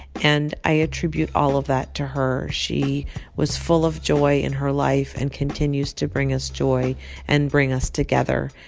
and i attribute all of that to her. she was full of joy in her life and continues to bring us joy and bring us together.